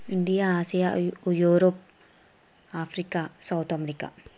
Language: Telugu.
ఇండియా ఆసియా యూ యూరోప్ ఆఫ్రికా సౌత్ అమెరికా